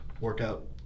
workout